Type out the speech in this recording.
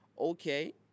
Okay